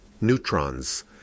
neutrons